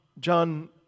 John